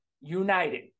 united